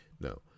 No